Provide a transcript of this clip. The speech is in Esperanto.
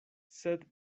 sed